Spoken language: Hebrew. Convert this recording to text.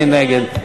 מי נגד?